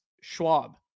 Schwab